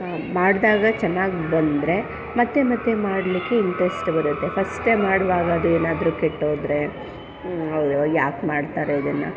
ಮಾಡಿದಾ ಚೆನ್ನಾಗಿ ಬಂದರೆ ಮತ್ತು ಮತ್ತು ಮಾಡಲಿಕ್ಕೆ ಇಂಟ್ರೆಸ್ಟ್ ಬರುತ್ತೆ ಫಸ್ಟೇ ಮಾಡುವಾಗ ಅದು ಏನಾದ್ರೂ ಕೆಟ್ಟೋದರೆ ಅಯ್ಯೋ ಯಾಕೆ ಮಾಡ್ತಾರೆ ಇದನ್ನು